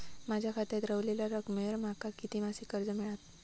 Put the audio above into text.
माझ्या खात्यात रव्हलेल्या रकमेवर माका किती मासिक कर्ज मिळात?